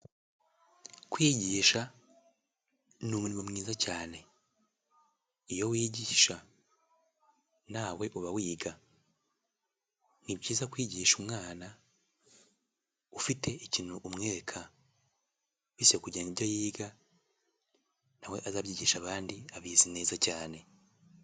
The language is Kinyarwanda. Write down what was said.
Kwigisha ni umurimo mwiza cyane, iyo wigisha nawe uba wiga, ni byiza kwigisha umwana ufite ikintu umwereka, bityo kugira ibyo yiga, nawe azabyigisha abandi abizi neza cyane.